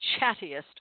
chattiest